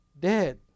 Dead